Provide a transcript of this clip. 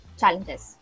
challenges